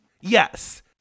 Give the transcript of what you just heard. Yes